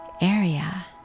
area